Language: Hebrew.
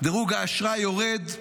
דירוג האשראי יורד,